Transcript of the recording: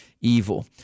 evil